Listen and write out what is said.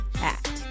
act